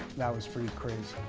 that was pretty crazy.